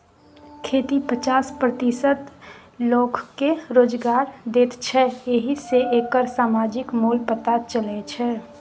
खेती पचास प्रतिशत लोककेँ रोजगार दैत छै एहि सँ एकर समाजिक मोल पता चलै छै